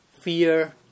fear